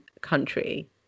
country